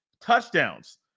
touchdowns